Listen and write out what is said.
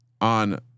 on